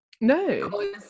no